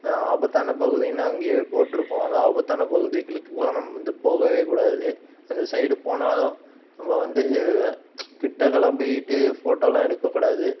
ஆபத்தான பகுதின்னா அங்கே போட் இருக்கும் அது ஆபத்தான பகுதிகளுக்குலாம் நம்ம வந்து போகவே கூடாது அந்த சைடு போனா தான் நம்ம வந்து கிட்டக்க எல்லாம் போயிவிட்டு ஃபோட்டோ எல்லாம் எடுக்க கூடாது